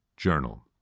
Journal